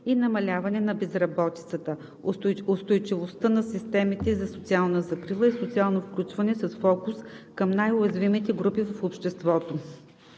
и намаляване на безработицата, устойчивостта на системите за социална закрила и социално включване с фокус към най-уязвимите групи в обществото.